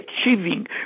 achieving